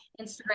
Instagram